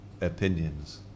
opinions